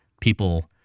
people